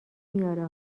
میاره